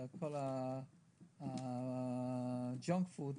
הג'אנק פוד,